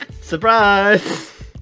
Surprise